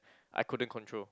I couldn't control